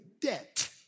debt